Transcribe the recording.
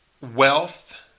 wealth